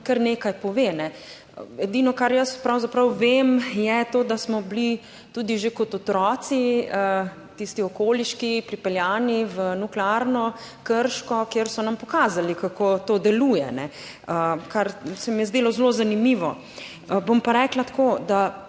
kar nekaj pove. Edino, kar jaz pravzaprav vem, je to, da smo bili tudi že kot otroci tisti okoliški pripeljani v nuklearno Krško, kjer so nam pokazali kako to deluje, kar se mi je zdelo zelo zanimivo. Bom pa rekla tako, da